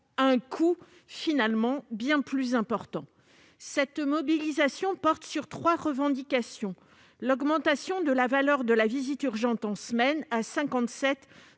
un coût bien plus important. Cette mobilisation porte sur trois revendications : l'augmentation de la visite urgente en semaine à un